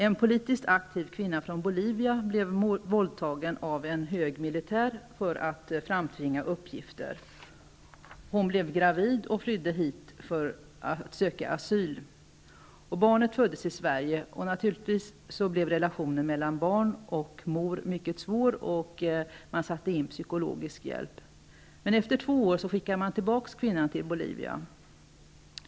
En politiskt aktiv kvinna från Bolivia blev våldtagen av en hög militär, som ville tvinga fram uppgifter. Hon blev gravid och flydde hit för att söka asyl. Barnet föddes i Sverige. Naturligtvis blev relationen mellan mor och barn mycket svår, och psykologisk hjälp sattes in. Efter två år skickades kvinnan tillbaka till Bolivia.